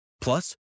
Plus